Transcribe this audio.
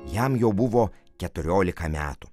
jam jau buvo keturiolika metų